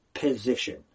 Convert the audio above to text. position